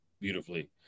Beautifully